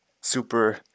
super